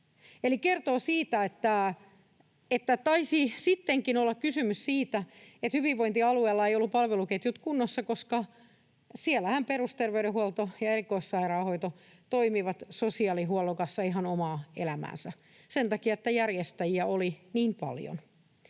Eli se kertoo siitä, että taisi sittenkin olla kysymys siitä, että hyvinvointialueilla eivät olleet palveluketjut kunnossa, koska siellähän perusterveydenhuolto ja erikoissairaanhoito toimivat sosiaalihuollon kanssa ihan omaa elämäänsä sen takia, että järjestäjiä oli niin paljon.